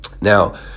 Now